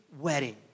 wedding